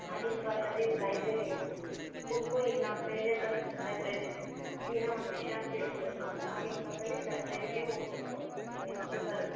ಆಗಿನ ಕಾಲದಲ್ಲಿ ಲೈಬ್ರೆರಿಗೆ ಹೋಗ್ಬೇಕಿತ್ತು ಬುಕ್ಕು ಈಗ ನಮ್ಮ ಕೈಯಲೆ ಬರುತ್ತೆ ಲೈಬ್ರೆರಿನೂ ಏನೇ ಒಂದು ವಿಷಯ ತಿಳ್ಕೊಬೇಕು ಅಂದರೆ ಆಗಿನ ಕಾಲದಲ್ಲಿ ಲೈಬ್ರೆರಿಗೇ ಹೋಗಿ ಹುಡುಕೋಬೇಕಿತ್ತು ನ್ಯೂಸ್ ಪೇಪರು